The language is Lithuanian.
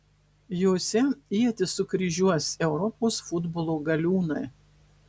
jose ietis sukryžiuos europos futbolo galiūnai